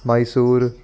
Mysore